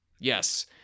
Yes